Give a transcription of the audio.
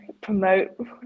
promote